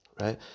right